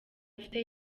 afite